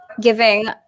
giving